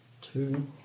Two